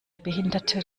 behinderte